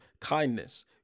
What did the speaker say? kindness